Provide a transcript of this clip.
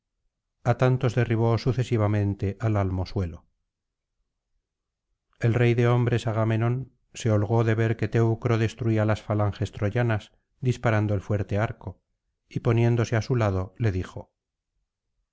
a tantos derribó sucesivamente al almo suelo el rey de hombres agamenón se holgó de ver que teucro destruía las falanges troyanas disparando el fuerte arco y poniéndose á su lado le dijo